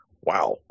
Wow